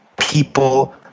People